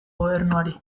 gobernuari